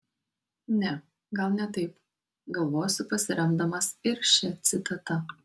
ne gal ne taip galvosiu pasiremdamas ir šia citata